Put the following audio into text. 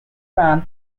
from